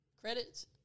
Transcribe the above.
Credits